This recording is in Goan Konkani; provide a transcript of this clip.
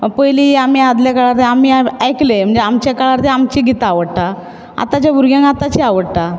पयली आमी आदल्या काळान आमी आयकले म्हणजे आमच्या काळार ती आमची गीतां आवडटा आतांच्या भुरग्यांक आतांचीं आवडटा